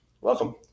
Welcome